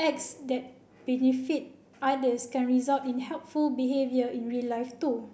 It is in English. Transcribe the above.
acts that benefit others can result in helpful behaviour in real life too